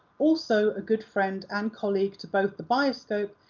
also a good friend and colleague to both the bioscope,